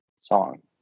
song